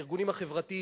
הארגונים החברתיים,